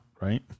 right